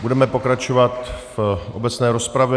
Budeme pokračovat v obecné rozpravě.